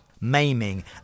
maiming